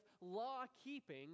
law-keeping